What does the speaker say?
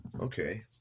Okay